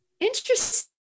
interesting